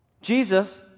Jesus